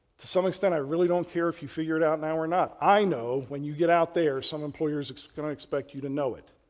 to some extent i really don't care if you figure it out now or not. i know when you get out there some employer is going to expect you to know it,